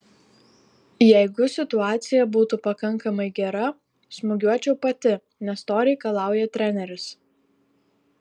jeigu situacija būtų pakankamai gera smūgiuočiau pati nes to reikalauja treneris